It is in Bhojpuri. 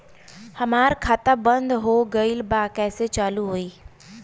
हमार खाता बंद हो गईल बा कैसे चालू होई?